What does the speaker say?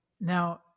Now